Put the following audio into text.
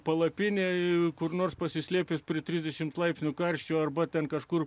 palapinėje kur nors pasislėpęs prie trisdešimt laipsnių karščio arba ten kažkur